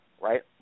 right